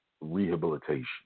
rehabilitation